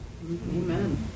Amen